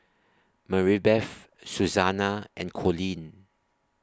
Maribeth Susannah and Coleen